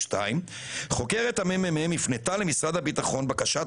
חוקרת המ.מ.מ הפנתה למשרד הביטחון בקשת